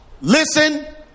listen